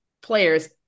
players